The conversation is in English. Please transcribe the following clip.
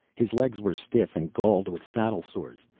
his legs were stiff and galled with saddle sores.